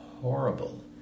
horrible